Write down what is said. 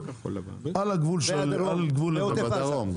על גבול לבנון,